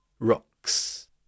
rocks